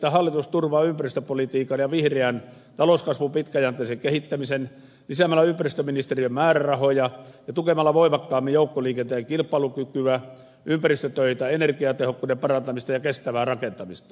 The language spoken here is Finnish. että hallitus turvaa ympäristöpolitiikan ja vihreän talouskasvun pitkäjänteisen kehittämisen lisäämällä ympäristöministeriön määrärahoja ja tukemalla voimakkaammin joukkoliikenteen kilpailukykyä ympäristötöitä energiatehokkuuden parantamista ja kestävää rakentamista